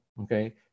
okay